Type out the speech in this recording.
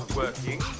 working